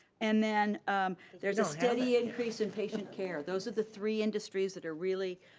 and then there's a steady increase in patient care. those are the three industries that are really,